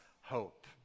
hope